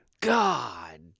God